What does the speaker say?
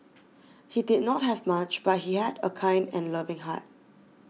he did not have much but he had a kind and loving heart